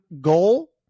goal